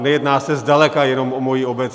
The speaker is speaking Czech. Nejedná se zdaleka jenom o moji obec.